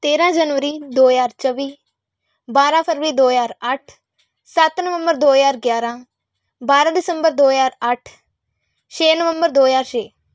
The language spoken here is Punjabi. ਤੇਰਾਂ ਜਨਵਰੀ ਦੋ ਹਜ਼ਾਰ ਚੌਵੀ ਬਾਰਾਂ ਫਰਵਰੀ ਦੋ ਹਜ਼ਾਰ ਅੱਠ ਸੱਤ ਨਵੰਬਰ ਦੋ ਹਜ਼ਾਰ ਗਿਆਰਾਂ ਬਾਰਾਂ ਦਸੰਬਰ ਦੋ ਹਜ਼ਾਰ ਅੱਠ ਛੇ ਨਵੰਬਰ ਦੋ ਹਜ਼ਾਰ ਛੇ